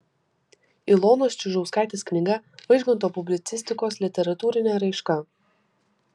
ilonos čiužauskaitės knyga vaižganto publicistikos literatūrinė raiška